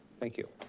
thank you.